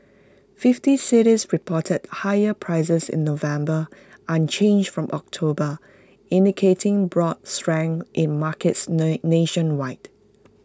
fifty cities reported higher prices in November unchanged from October indicating broad strength in markets lay nationwide